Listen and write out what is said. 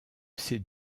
ces